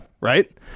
right